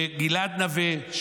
לגלעד נווה,